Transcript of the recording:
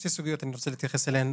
אני רוצה להתייחס לשתי סוגיות.